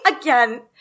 Again